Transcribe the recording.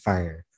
Fire